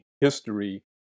history